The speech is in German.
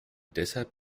deshalb